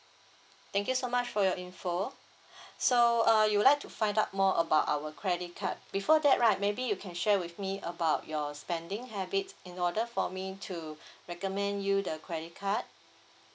thank you so much for your information so uh you like to find out more about our credit card before that right maybe you can share with me about your spending habits in order for me to recommend you the credit card